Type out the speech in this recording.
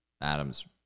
Adam's